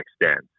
extent